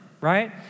right